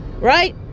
right